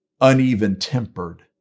uneven-tempered